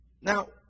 now